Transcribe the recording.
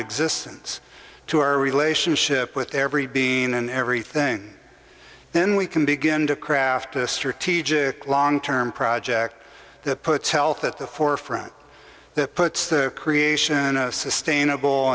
existence to our relationship with every being and every thing then we can begin to craft a strategic long term project that puts health at the forefront that puts the creation of sustainable